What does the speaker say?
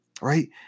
Right